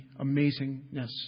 amazingness